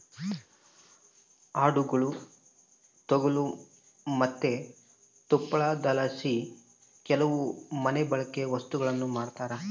ಆಡುಗುಳ ತೊಗಲು ಮತ್ತೆ ತುಪ್ಪಳದಲಾಸಿ ಕೆಲವು ಮನೆಬಳ್ಕೆ ವಸ್ತುಗುಳ್ನ ಮಾಡ್ತರ